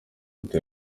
ute